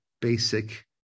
basic